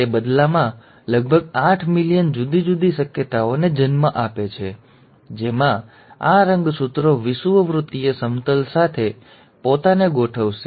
તે બદલામાં લગભગ આઠ મિલિયન જુદી જુદી શક્યતાઓને જન્મ આપે છે જેમાં આ રંગસૂત્રો વિષુવવૃત્તીય સમતલ સાથે પોતાને ગોઠવશે